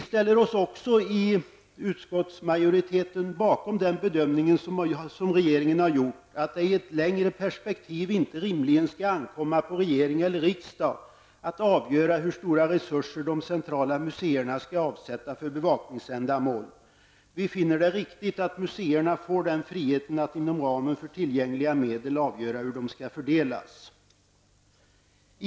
Utskottsmajoriteten ställer sig också bakom den bedömning som regeringen har gjort att det i ett längre perspektiv inte rimligen skall ankomma på regering eller riksdag att avgöra hur stora resurser de centrala museerna skall avsätta för bevakningsändamål. Vi finner det riktigt att museerna får den friheten att inom ramen för tillgängliga medel avgöra hur de skall fördelas.